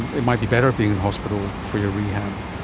and it might be better being in hospital for your rehab.